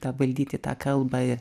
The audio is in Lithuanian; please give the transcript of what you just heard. tą valdyti tą kalbą